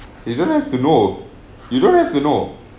you don't have to know you don't have to know